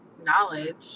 knowledge